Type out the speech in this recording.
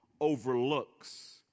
overlooks